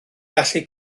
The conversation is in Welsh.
gallu